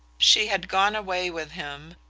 she had gone away with him,